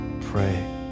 Pray